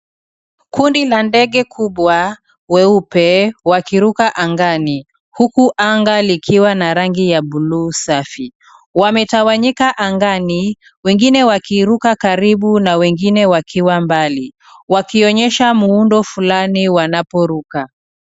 Kundi la ndege kubwa weupe wakiruka angani huku anga likiwa na rangi ya bluu safi. Wametawanyika angani wengine wakiruka karibu na wengine wakiwa mbali wakionyesha muundo fulani wanaporuka.